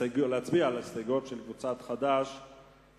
להצביע על ההסתייגות של קבוצת חד"ש